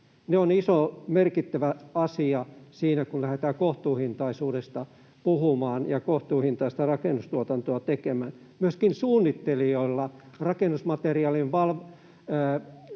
Ne ovat iso, merkittävä asia siinä, kun lähdetään kohtuuhintaisuudesta puhumaan ja kohtuuhintaista rakennustuotantoa tekemään. Myöskin suunnittelijoilla, rakennusmateriaalin valinnoilla